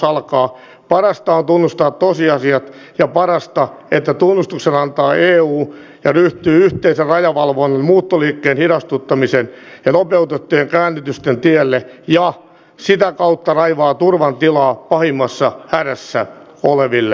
parasta on tunnustaa tosiasiat ja parasta että tunnustuksen antaa eu ja ryhtyy yhteisen rajavalvonnan muuttoliikkeen hidastuttamisen ja nopeutettujen käännytysten tielle ja sitä kautta raivaa turvan tilaa pahimmassa hädässä oleville